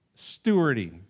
stewarding